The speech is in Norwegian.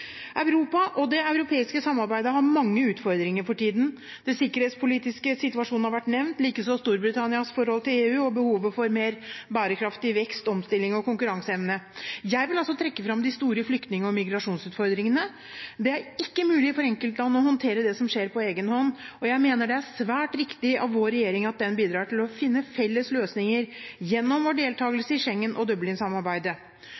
Europa og det europeiske samarbeidet har mange utfordringer for tiden. Den sikkerhetspolitiske situasjonen har vært nevnt, likeså Storbritannias forhold til EU og behovet for mer bærekraftig vekst, omstilling og konkurranseevne. Jeg vil også trekke fram de store flyktning- og migrasjonsutfordringene. Det er ikke mulig for enkeltland å håndtere det som skjer, på egen hånd, og jeg mener det er svært riktig av vår regjering at den bidrar til å finne felles løsninger gjennom vår